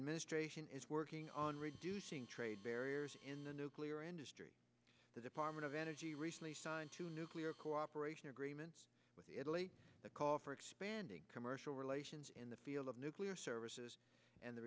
administration is working on reducing trade barriers in the nuclear industry the department of energy recently signed to nuclear cooperation agreements with italy the call for expanding commercial relations in the field of nuclear services and the